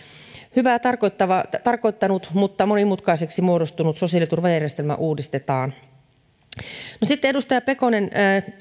hyvää tarkoittanut mutta monimutkaiseksi muodostunut sosiaaliturvajärjestelmä uudistetaan no sitten edustaja pekonen